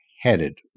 headed